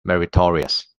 meritorious